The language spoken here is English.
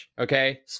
okay